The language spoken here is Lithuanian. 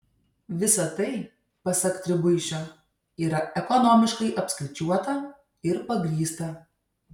visa tai pasak tribuišio yra ekonomiškai apskaičiuota ir pagrįsta